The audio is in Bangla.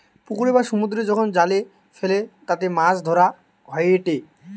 পুকুরে বা সমুদ্রে যখন জাল ফেলে তাতে মাছ ধরা হয়েটে